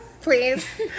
please